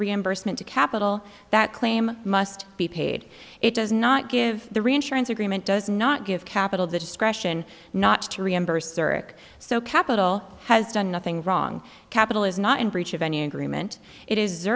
reimbursement to capital that claim must be paid it does not give the reinsurance agreement does not give capital the discretion not to reimburse or ik so capital has done nothing wrong capital is not in breach of any agreement it is